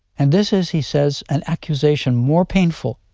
and this is, he says, an accusation more painful,